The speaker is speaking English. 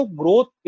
growth